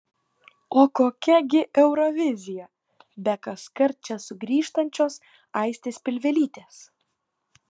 o kokia gi eurovizija be kaskart čia sugrįžtančios aistės pilvelytės